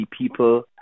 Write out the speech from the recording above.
people